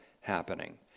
happening